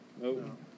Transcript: No